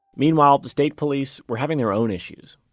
meanwhile, state police were having their own issues.